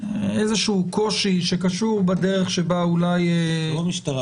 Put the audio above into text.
איזה שהוא קושי שקשור בדרך שבה אולי --- לא של המשטרה,